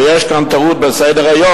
ויש כאן טעות בסדר-היום,